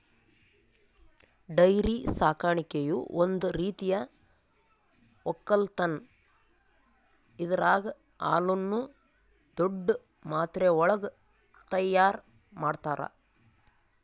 dairy ಸಾಕಾಣಿಕೆಯು ಒಂದ್ ರೀತಿಯ ಒಕ್ಕಲತನ್ ಇದರಾಗ್ ಹಾಲುನ್ನು ದೊಡ್ಡ್ ಮಾತ್ರೆವಳಗ್ ತೈಯಾರ್ ಮಾಡ್ತರ